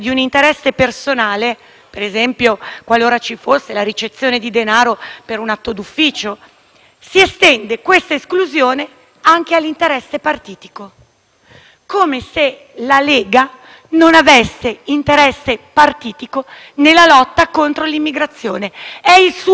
si estende questa esclusione anche all'interesse partitico, come se la Lega non avesse interesse partitico nella lotta contro l'immigrazione. È il suo cardine: non vuole risolvere il problema perché senza quel problema non ha consenso perché ha costruito